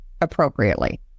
appropriately